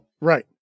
Right